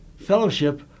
Fellowship